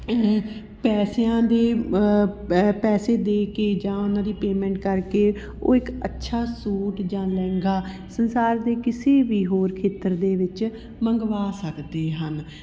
ਪੈਸਿਆਂ ਦੇ ਪੈ ਪੈਸੇ ਦੇ ਕੇ ਜਾਂ ਉਹਨਾਂ ਦੀ ਪੇਮੈਂਟ ਕਰਕੇ ਉਹ ਇੱਕ ਅੱਛਾ ਸੂਟ ਜਾਂ ਲਹਿੰਗਾ ਸੰਸਾਰ ਦੇ ਕਿਸੇ ਵੀ ਹੋਰ ਖੇਤਰ ਦੇ ਵਿੱਚ ਮੰਗਵਾ ਸਕਦੇ ਹਨ